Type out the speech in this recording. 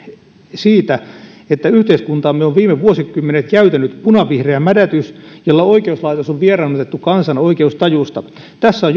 siitä että yhteiskuntaamme on viime vuosikymmenet jäytänyt punavihreä mädätys jolla oikeuslaitos on vieraannutettu kansan oikeustajusta juuri tässä on